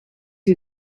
who